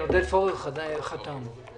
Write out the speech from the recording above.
הוא חתום גם אז.